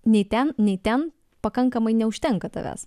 nei ten nei ten pakankamai neužtenka tavęs